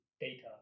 data